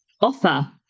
offer